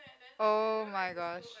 oh-my-gosh